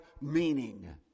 meaning